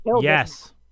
yes